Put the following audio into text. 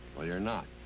well, you're not.